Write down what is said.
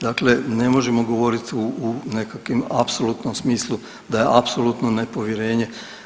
Dakle ne možemo govoriti u nekakvim, apsolutnom smislu da je apsolutno nepovjerenje.